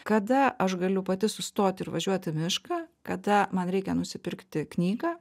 kada aš galiu pati sustot ir važiuot į mišką kada man reikia nusipirkti knygą